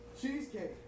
Cheesecake